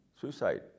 suicide